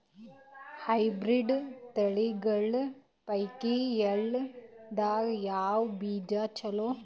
Hybrid ತಳಿಗಳ ಪೈಕಿ ಎಳ್ಳ ದಾಗ ಯಾವ ಬೀಜ ಚಲೋ?